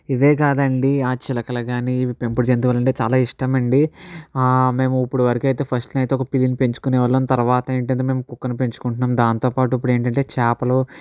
ఇవే కాదండి ఆ చిలకలు కానీ ఇవి పెంపుడు జంతువులంటే చాలా ఇష్టం అండి మేము ఇప్పుడు వరకైతే ఫస్ట్ అయితే ఒక పిల్లిని పెంచుకునే వాళ్ళం తర్వాత ఏంటంటే కుక్కను పెంచుకుంటున్నాం దానితో పాటు ఇప్పుడు ఏంటంటే చేపలు